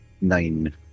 Nine